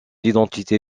identité